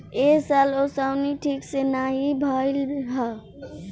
ए साल ओंसउनी ठीक से नाइ भइल हअ